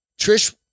Trish